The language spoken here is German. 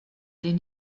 den